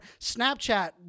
Snapchat